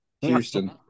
Houston